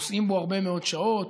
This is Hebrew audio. נוסעים בו הרבה מאוד שעות,